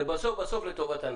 זה בסוף בסוף לטובת הנהג,